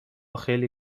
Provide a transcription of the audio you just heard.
خیلی